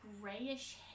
grayish